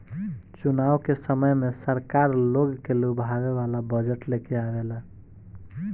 चुनाव के समय में सरकार लोग के लुभावे वाला बजट लेके आवेला